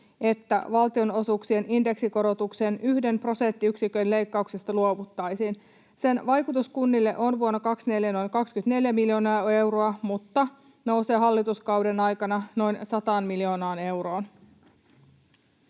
että valtion-osuuksien indeksikorotuksen yhden prosenttiyksikön leikkauksesta luovuttaisiin. Sen vaikutus kunnille on vuonna 24 noin 24 miljoonaa euroa mutta nousee hallituskauden aikana noin 100 miljoonaan euroon.